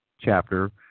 chapter